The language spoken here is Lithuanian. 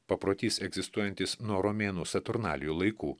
paprotys egzistuojantis nuo romėnų saturnalijų laikų